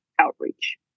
outreach